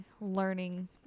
learning